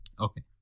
Okay